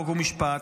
חוק ומשפט.